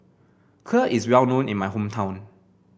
Kheer is well known in my hometown